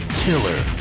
tiller